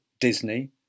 Disney